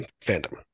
fandom